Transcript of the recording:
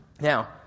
Now